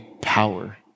power